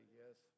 yes